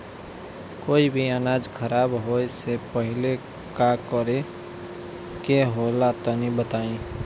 कोई भी अनाज खराब होए से पहले का करेके होला तनी बताई?